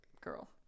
girl